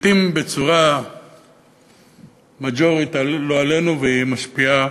לעתים בצורה מז'ורית, לא עלינו, והיא משפיעה